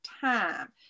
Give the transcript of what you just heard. time